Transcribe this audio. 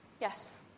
yes